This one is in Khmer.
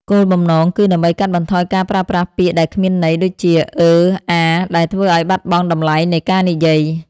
គោលបំណងគឺដើម្បីកាត់បន្ថយការប្រើប្រាស់ពាក្យដែលគ្មានន័យ ដូចជា "អឺ..." "អា..." ដែលធ្វើឱ្យបាត់បង់តម្លៃនៃការនិយាយ។